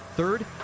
Third